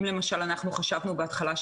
אם למשל אנחנו חשבנו בהתחלה,